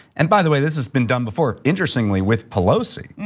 and by the way, this has been done before, interestingly with pelosi.